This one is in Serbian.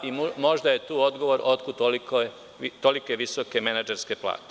Možda je to odgovor otkud tolike visoke menadžerske plate.